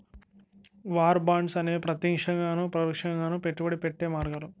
war bonds అనేవి ప్రత్యక్షంగాను పరోక్షంగాను పెట్టుబడి పెట్టే మార్గాలు